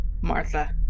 Martha